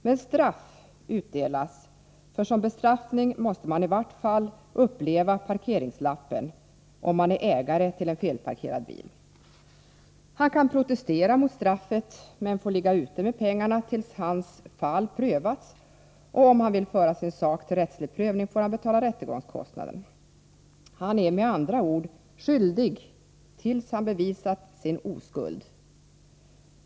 Men ”straff” utdelas, för som en bestraffning måste man i vart fall uppleva parkeringslappen om man är ägare till en felparkerad bil. Ägaren till bilen kan protestera men får ligga ute med pengarna tills hans fall prövats, och om han vill föra sin sak till rättslig prövning får han betala rättegångskostnader. Han är med andra ord skyldig tills han bevisat sin oskuld.